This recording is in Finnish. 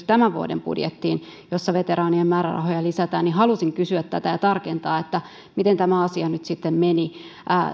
tämän vuoden budjettiin lisätalousarvioesitys jossa veteraanien määrärahoja lisätään niin halusin kysyä tästä ja tarkentaa että miten tämä asia nyt sitten meni